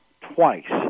twice